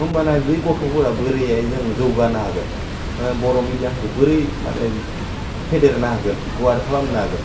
होमबाना बि गथ'फोरा बोरैहाय जों जौगानो हागोन होह बर' मिडियाखौ बोरै माने फेदेरनो हागोन गुवार खालामनो हागोन